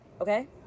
Okay